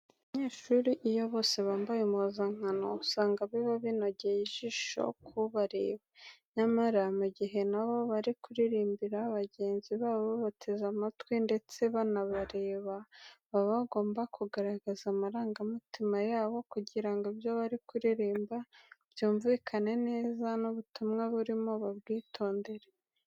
Abanyeshuri iyo bose bambaye impuzankano usanga biba binogeye ijisho kubareba. Nyamara, mu gihe na bo bari kuririmbira bagenzi babo babateze amatwi ndetse banabareba, baba bagomba kugaragaza amarangamutima yabo kugira ngo ibyo bari kuririmba byumvikane neza n'ubutumwa burimo babwitondere.